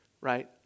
right